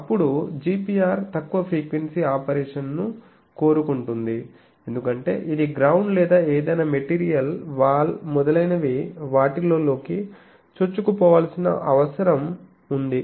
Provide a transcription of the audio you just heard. అప్పుడు GPR తక్కువ frequency ఆపరేషన్ను కోరుకుంటుంది ఎందుకంటే ఇది గ్రౌండ్ లేదా ఏదైనా మెటీరియల్ వాల్ మొదలైనవి వాటిలో లోకి చొచ్చుకుపోవాల్సిన అవసరం ఉంది